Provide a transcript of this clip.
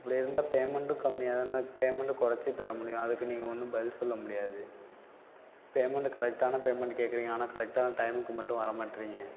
இப்படி இருந்தால் பேமெண்ட்டும் கம்மியாக தானே பேமெண்ட்டை குறச்சி தர முடியும் அதுக்கு நீங்கள் ஒன்றும் பதில் சொல்ல முடியாது பேமெண்ட்டு கரெக்டான பேமெண்ட் கேட்குறீங்க ஆனால் கரெக்டான டைமுக்கு மட்டும் வர மாட்டுறீங்க